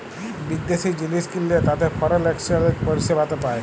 বিদ্যাশি জিলিস কিললে তাতে ফরেল একসচ্যানেজ পরিসেবাতে পায়